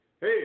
Hey